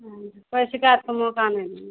हाँ वैसे कोई शिकायत का मौका नहीं मिले